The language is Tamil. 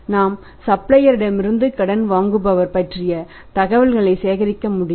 நாம் சப்ளையர்களிடமிருந்து கடன் வாங்குபவர் பற்றிய தகவல்களை சேகரிக்க முடியும்